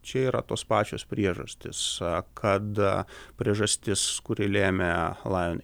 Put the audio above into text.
čia yra tos pačios priežastys kad priežastis kuri lėmė lajon